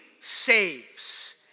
saves